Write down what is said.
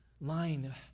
line